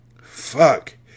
Fuck